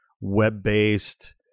web-based